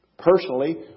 personally